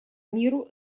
миру